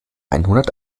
einhundert